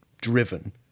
driven